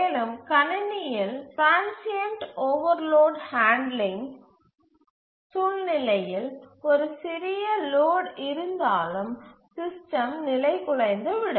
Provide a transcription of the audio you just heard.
மேலும் கணினியில் transient overload handling சூழ்நிலையில் ஒரு சிறிய லோட் இருந்தாலும் சிஸ்டம் நிலை குலைந்து விடும்